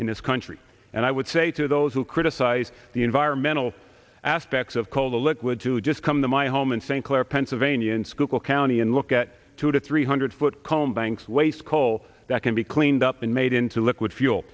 in this country and i would say to those who criticize the environmental aspects of coal to liquid to just come to my home in st clair pennsylvania in school county and look at two to three hundred foot home banks waste coal that can be cleaned up and made into liquid fuel